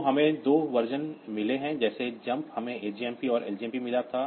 तो हमें दो वर्जन मिले हैं जैसे जम्प हमें ajmp और लजमप मिला था